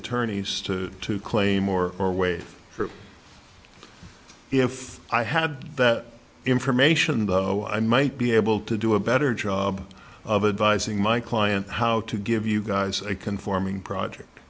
attorney's to to claim or or wait for if i had that information though i might be able to do a better job of advising my client how to give you guys a conforming project